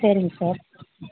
சரிங்க சார்